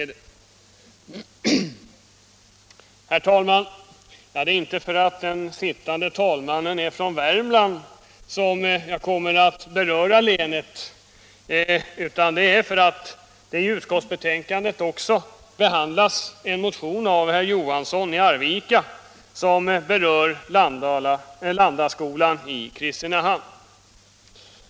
Det är inte för att den sittande talmannen är från Värmland som jag kommer att beröra länet utan för att i utskottsbetänkandet också behandlas en motion av herr Johansson i Arvika om Landaskolan i Kristinehamn.